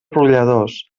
brolladors